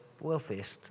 wealthiest